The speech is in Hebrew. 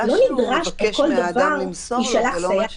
שהוא מבקש מהאדם למסור לו זה לא מה שדובר.